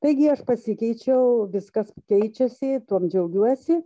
taigi aš pasikeičiau viskas keičiasi tuom džiaugiuosi